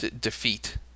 defeat